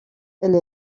elle